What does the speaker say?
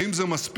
האם זה מספיק?